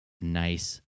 nice